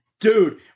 dude